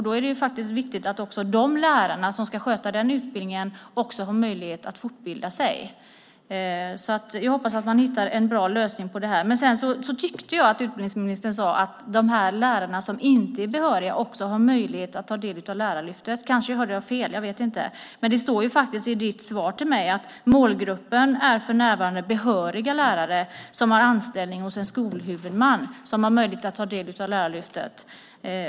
Då är det viktigt att de lärare som ska sköta den utbildningen också har möjlighet att fortbilda sig. Jag hoppas att man hittar en bra lösning på detta. Sedan tyckte jag att utbildningsministern sade att också de lärare som inte är behöriga har möjlighet att ta del av Lärarlyftet. Kanske hörde jag fel, jag vet inte. Men det står faktiskt i ditt skriftliga interpellationssvar att målgruppen för närvarande är behöriga lärare som har anställning hos en skolhuvudman som har möjlighet att ta del av Lärarlyftet.